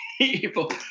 people